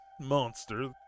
monster